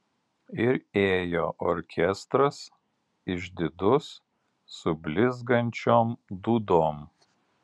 ir ėjo orkestras išdidus su blizgančiom dūdom